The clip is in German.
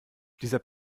dieser